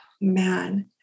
man